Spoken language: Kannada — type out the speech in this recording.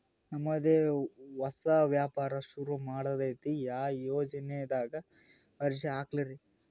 ನಮ್ ದೆ ಹೊಸಾ ವ್ಯಾಪಾರ ಸುರು ಮಾಡದೈತ್ರಿ, ಯಾ ಯೊಜನಾದಾಗ ಅರ್ಜಿ ಹಾಕ್ಲಿ ರಿ?